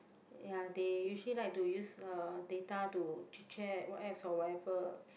ya they usually like to use the data to check what apps or whatever